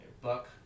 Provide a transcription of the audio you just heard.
Buck